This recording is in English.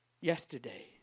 Yesterday